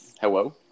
Hello